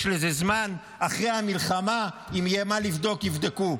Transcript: יש לזה זמן, אחרי המלחמה, אם יהיה מה לבדוק יבדקו.